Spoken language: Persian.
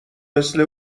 مثل